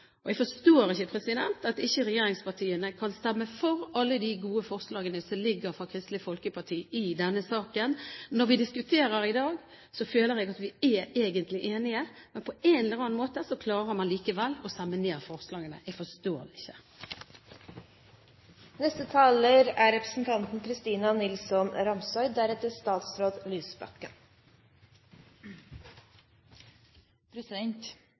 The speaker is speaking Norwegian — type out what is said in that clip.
Jeg forstår ikke at ikke regjeringspartiene kan stemme for alle de gode forslagene som ligger fra Kristelig Folkeparti i denne saken. Når vi diskuterer i dag, føler jeg at vi egentlig er enige, men på en eller annen måte klarer man likevel å stemme ned forslagene. Jeg forstår det ikke! I denne debatten mener jeg det er